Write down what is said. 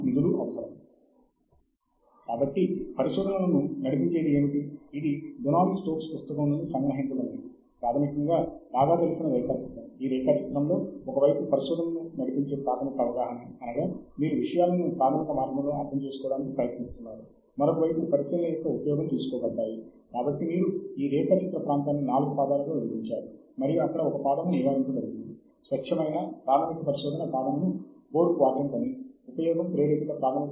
ప్రజలు వేరే చోట ఏమి చేసారు మీరు పనిచేస్తున్న పరిశోధనా ప్రాంతంపై ప్రపంచంలో ఇతర ప్రాంతములలోని ప్రజలు ఏమి చేస్తున్నారో తెలుసుకోవటం చాలా ముఖ్యం